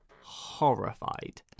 horrified